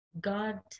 God